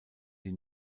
die